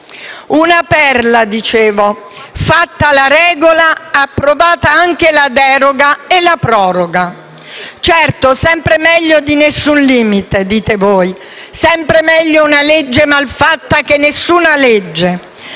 Una perla, dicevo: fatta la regola, approvate anche la deroga e la proroga. Certo, sempre meglio di nessun limite, dite voi; sempre meglio una legge mal fatta, che nessuna legge.